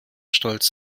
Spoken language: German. stolz